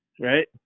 Right